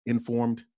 Informed